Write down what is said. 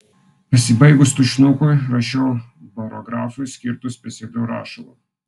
pasibaigus tušinukui rašiau barografui skirtu specialiu rašalu